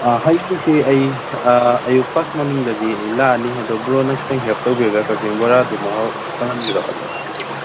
ꯍꯥꯌꯦꯡꯁꯤ ꯑꯩ ꯑꯌꯨꯛ ꯐꯥꯔꯁ ꯃꯣꯔꯅꯤꯡꯗꯗꯤ ꯑꯩ ꯂꯥꯛꯑꯅꯤ ꯑꯗꯣ ꯕ꯭ꯔꯣꯅ ꯈꯤꯇꯪ ꯍꯦꯜꯞ ꯇꯧꯕꯤꯔꯒ ꯀꯛꯆꯤꯡ ꯕꯣꯔꯥꯗꯣ ꯃꯍꯥꯎ ꯇꯪꯍꯟꯕꯤꯔꯣ ꯑꯗꯨꯝ ꯑꯗꯨꯗꯤ